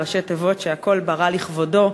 ראשי תיבות: שהכול ברא לכבודו,